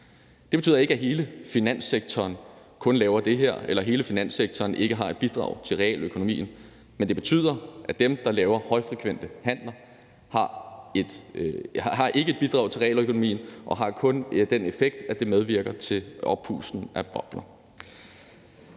Det betyder ikke, at hele finanssektoren kun laver det her, eller at hele finanssektoren ikke bidrager til realøkonomien, men det betyder, at dem, der laver højfrekvente handler, ikke bidrager til realøkonomien, og det har kun den effekt, at det medvirker til oppustning af bobler.